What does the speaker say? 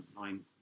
nine